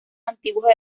antiguos